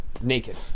Naked